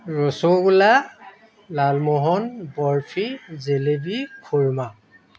rasgulla lalmohan barfi jalebi খুৰ্মা